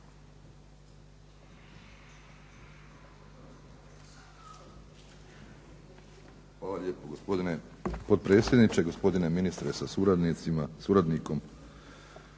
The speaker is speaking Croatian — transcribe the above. Hvala lijepo gospodine potpredsjedniče, gospodine ministre sa suradnikom, kolegice